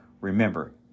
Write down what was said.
Remember